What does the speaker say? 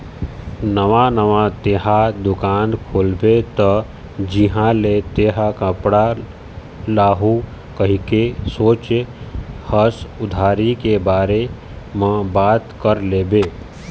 नवा नवा तेंहा दुकान खोलबे त जिहाँ ले तेंहा कपड़ा लाहू कहिके सोचें हस उधारी के बारे म बात कर लेबे